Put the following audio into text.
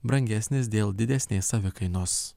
brangesnis dėl didesnės savikainos